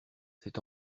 c’est